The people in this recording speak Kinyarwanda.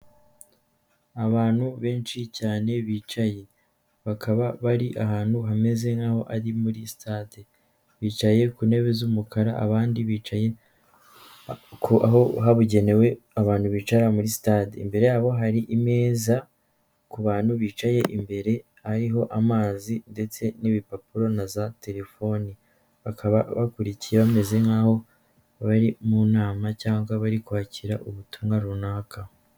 Abantu benshi cyane bicaye, bakaba bari ahantu hameze nkaho ari muri sitade, bicaye ku ntebe z'umukara abandi bicaye aho habugenewe abantu bicara muri sitade, imbere yabo hari imeza ku bantu bicaye imbere ariho amazi ndetse n'ibipapuro na za telefoni, bakaba bakurikiye bameze nkaho bari mu nama cyangwa bari kwakira ubutumwa runaka.